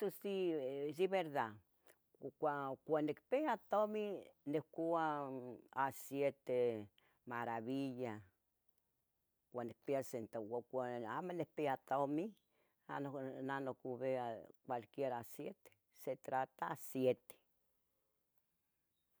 Tu si, si verda cua, cuanicpia tomin nicua aciete maravilla cua nicpia centavuo, ua cua amo nicpia tomi, nah na nocobia cualquier aciete, se trata aciete